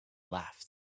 left